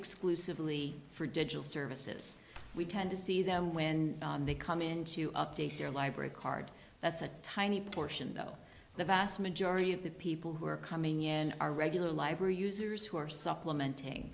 exclusively for digital services we tend to see them when they come in to update their library card that's a tiny proportion though the vast majority of the people who are coming in are regular library users who are supplementing